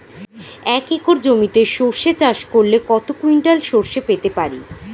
এক একর জমিতে সর্ষে চাষ করলে কত কুইন্টাল সরষে পেতে পারি?